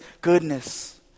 goodness